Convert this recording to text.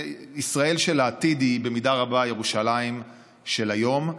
ישראל של העתיד היא במידה רבה ירושלים של היום,